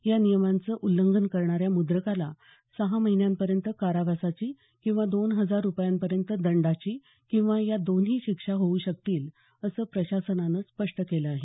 या नियमाचं उल्लंघन करणाऱ्या मुद्रकाला सहा महिन्यांपर्यंत कारावासाची किंवा दोन हजार रुपयांपर्यंत दंडाची किंवा या दोन्ही शिक्षा होऊ शकतील असं प्रशासनानं स्पष्ट केलं आहे